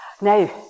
Now